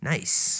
Nice